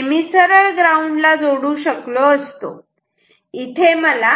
हे मी सरळ ग्राऊंड ला जोडू शकलो असतो इथे मला